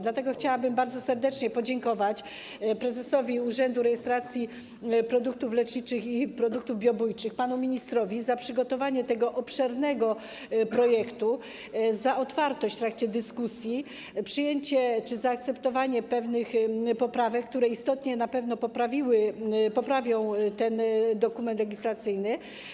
Dlatego chciałabym bardzo serdecznie podziękować prezesowi urzędu rejestracji produktów leczniczych i produktów biobójczych, panu ministrowi, za przygotowanie tego obszernego projektu, za otwartość w trakcie dyskusji, przyjęcie czy zaakceptowanie pewnych poprawek, które istotnie na pewno poprawią ten dokument legislacyjny.